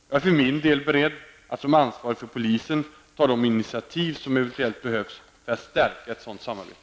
Jag är för min del beredd att som ansvarig för polisen ta de initiativ som eventuellt behövs för att stärka ett sådant samarbete.